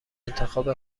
انتخاب